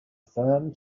firm